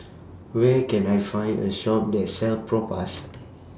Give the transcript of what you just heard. Where Can I Find A Shop that sells Propass